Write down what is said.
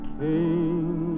king